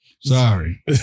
Sorry